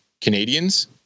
Canadians